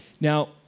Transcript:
Now